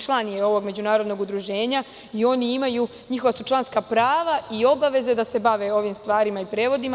Član je ovog Međunarodnog udruženja i njihova su članstva prava i obaveze da se bave ovim stvarima i prevodima.